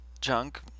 Junk